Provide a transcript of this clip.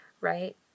right